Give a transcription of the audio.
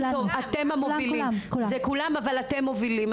זה כולם אבל אתם מובילים.